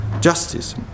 justice